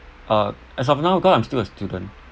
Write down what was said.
uh as of now because I'm still a student